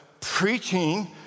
preaching